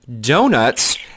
donuts